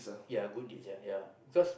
ya good deeds ya ya because